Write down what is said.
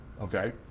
okay